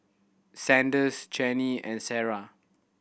Sanders Chaney and Sarrah